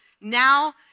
Now